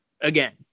again